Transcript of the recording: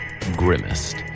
grimmest